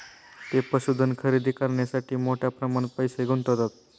ते पशुधन खरेदी करण्यासाठी मोठ्या प्रमाणात पैसे गुंतवतात